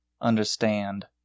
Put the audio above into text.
understand